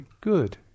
Good